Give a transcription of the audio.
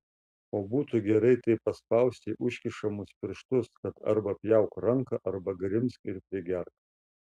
o būtų gerai taip paspausti užkišamus pirštus kad arba pjauk ranką arba grimzk ir prigerk